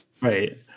right